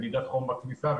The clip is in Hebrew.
מדידת חום בכניסה,